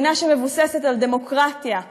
מדינה שמבוססת על דמוקרטיה,